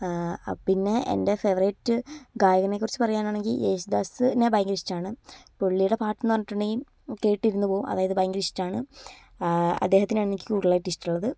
പിന്നെ എൻ്റെ ഫേവറിറ്റ് ഗായകനെക്കുറിച്ച് പറയാനാണെങ്കിൽ യേശുദാസിനെ ഭയങ്കര ഇഷ്ട്ടമാണ് പുള്ളീടെ പാട്ടെന്ന് പറഞ്ഞിട്ടുണ്ടെങ്കിൽ കേട്ടിരുന്ന് പോകും അതായത് ഭയങ്കര ഇഷ്ട്ടമാണ് അദ്ദേഹത്തിനെ ആണ് എനിക്ക് കൂടുതലായിട്ട് ഇഷ്ട്ടമുള്ളത്